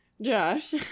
Josh